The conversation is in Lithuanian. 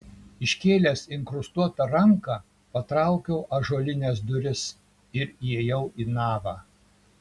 iškėlęs inkrustuotą ranką patraukiau ąžuolines duris ir įėjau į navą